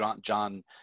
John